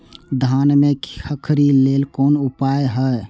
धान में खखरी लेल कोन उपाय हय?